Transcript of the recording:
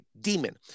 demon